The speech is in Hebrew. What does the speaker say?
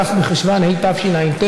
כ' בחשוון התשע"ט,